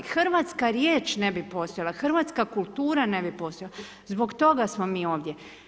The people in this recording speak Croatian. Hrvatska riječ ne bi postojala, hrvatska kultura ne bi postojala, zbog toga smo mi ovdje.